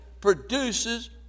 produces